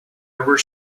were